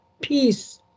peace